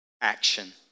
action